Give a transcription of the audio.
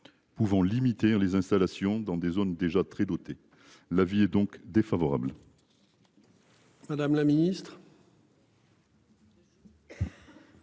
Pouvant limiter les installations dans des zones déjà très doté l'avis est donc défavorable. Madame la Ministre.